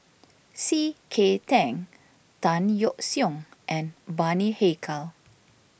C K Tang Tan Yeok Seong and Bani Haykal